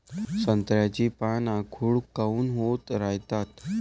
संत्र्याची पान आखूड काऊन होत रायतात?